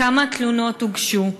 1. כמה תלונות הוגשו?